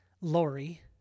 Lori